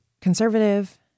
conservative